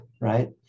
right